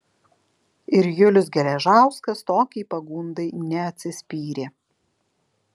ir julius geležauskas tokiai pagundai neatsispyrė